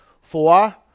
Four